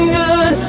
good